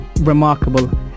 remarkable